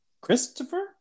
Christopher